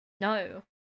No